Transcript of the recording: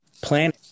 plan